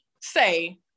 say